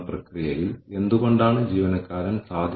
അതിനാൽ ഉപയോഗ ഡാറ്റ ശേഖരിക്കാൻ കഴിയും